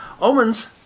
Omens